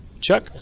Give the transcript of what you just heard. Chuck